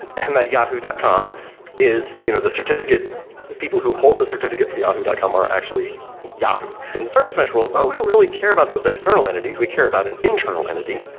and that yahoo dot com is you know the certificate the people who hold the certificate for yahoo dot com are actually yahoo in the service mesh world, well, we don't really care about those external entities. we care about an internal entity,